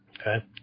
Okay